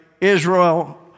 Israel